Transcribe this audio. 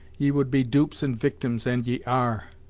ye would be dupes and victims and ye are.